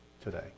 today